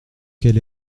quel